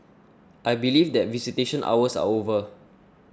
I believe that visitation hours are over